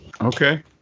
Okay